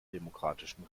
demokratischen